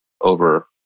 over